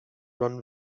run